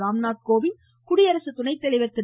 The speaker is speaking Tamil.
ராம்நாத் கோவிந்த் குடியரசு துணைத்தலைவர் திரு